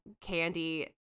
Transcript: candy